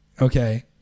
Okay